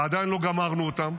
ועדיין לא גמרנו אותן,